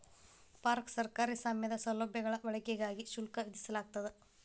park ಸರ್ಕಾರಿ ಸ್ವಾಮ್ಯದ ಸೌಲಭ್ಯಗಳ ಬಳಕೆಗಾಗಿ ಶುಲ್ಕ ವಿಧಿಸಲಾಗ್ತದ